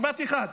משפט אחד.